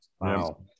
Wow